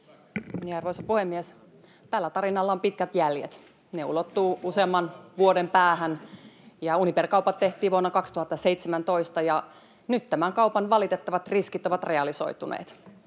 perussuomalaisten ryhmästä] Ne ulottuvat useamman vuoden päähän. Uniper-kaupat tehtiin vuonna 2017, ja nyt tämän kaupan valitettavat riskit ovat realisoituneet.